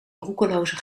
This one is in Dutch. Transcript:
roekeloze